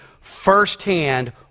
firsthand